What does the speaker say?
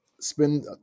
spend